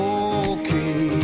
okay